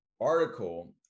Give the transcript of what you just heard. article